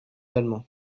allemands